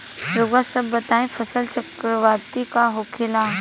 रउआ सभ बताई फसल चक्रवात का होखेला?